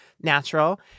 natural